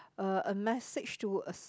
uh a message to a s~